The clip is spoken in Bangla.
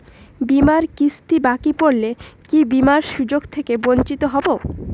বিমার কিস্তি বাকি পড়লে কি বিমার সুযোগ থেকে বঞ্চিত হবো?